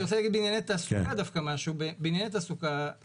אני רוצה להגיד בעניין תעסוקה שבבדיקה שעשה